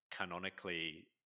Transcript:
canonically